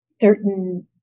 certain